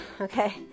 okay